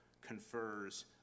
confers